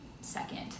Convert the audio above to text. second